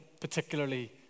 Particularly